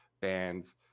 bands